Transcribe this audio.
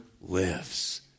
lives